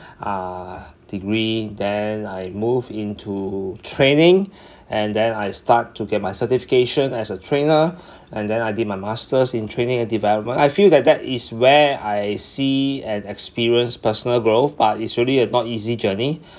uh degree then I move into training and then I start to get my certification as a trainer and then I did my masters in training and development I feel that that is when I see and experience personal growth but it's really uh not easy journey